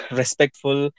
respectful